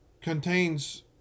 contains